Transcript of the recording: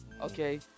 okay